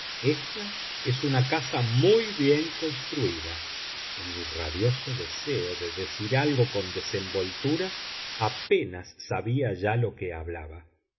ésta es una casa muy bien construída en mi rabioso deseo de decir algo con desenvoltura apenas sabía ya lo que hablaba